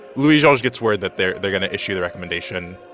louis-georges gets word that they're they're going to issue the recommendation.